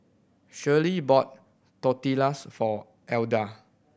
Shirley bought Tortillas for Edla